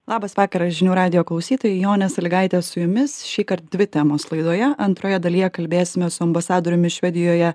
labas vakaras žinių radijo klausytojai jonė sąlygaitė su jumis šįkart dvi temos laidoje antroje dalyje kalbėsime su ambasadoriumi švedijoje